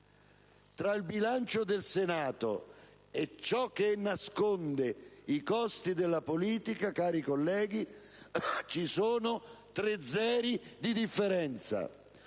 Tra il bilancio del Senato e ciò che nasconde i costi della politica, cari colleghi, ci sono tre zeri di differenza.